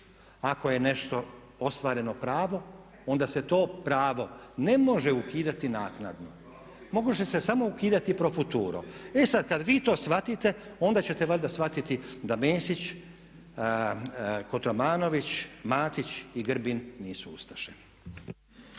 ako je nešto ostvareno pravo onda se to pravo ne može ukidati naknadno. Može se samo ukidati pro futuro. E sad, kad vi to shvatite onda ćete valjda shvatiti da Mesić, Kotromanović, Matić i Grbin nisu ustaše.